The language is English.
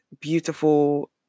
beautiful